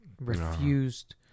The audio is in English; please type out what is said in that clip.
refused